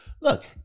look